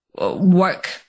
work